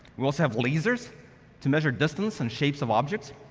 we also have lasers to measure distance and shapes of objects,